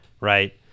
Right